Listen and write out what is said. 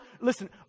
listen